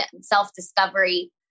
self-discovery